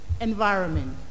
environment